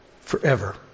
forever